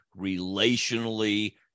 relationally